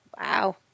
Wow